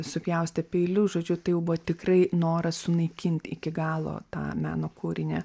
supjaustė peiliu žodžiu tai jau buvo tikrai noras sunaikinti iki galo tą meno kūrinį